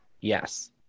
Yes